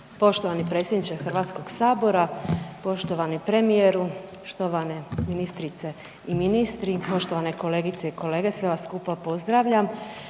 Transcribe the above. Poštovani predsjedniče HS-a, poštovani premijeru, štovane ministrice i ministri, poštovane kolegice i kolege sve vas skupa pozdravljam.